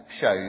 shows